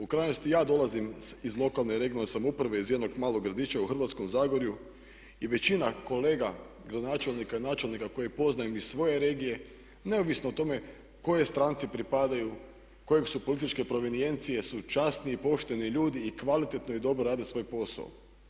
U krajnosti ja dolazim iz lokalne i regionalne samouprave iz jednog malog gradića u hrvatskom Zagorju i većina kolega gradonačelnika i načelnika koje poznajem iz svoje regije neovisno o tome kojoj stranci pripadaju, koje su političke provenijencije su časni i pošteni ljudi i kvalitetno i dobro rade svoj posao.